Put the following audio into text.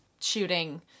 shooting